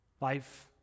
Life